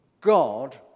God